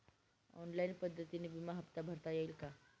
Online पद्धतीने विमा हफ्ता भरता येईल का?